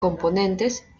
componentes